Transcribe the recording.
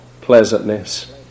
pleasantness